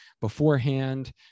beforehand